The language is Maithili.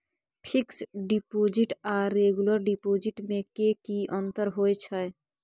फिक्स डिपॉजिट आर रेगुलर डिपॉजिट में की अंतर होय छै?